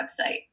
website